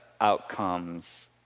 outcomes